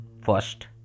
First